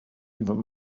even